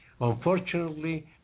Unfortunately